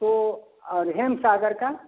तो और हिमसागर का